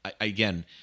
again